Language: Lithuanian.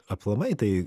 aplamai tai